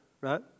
right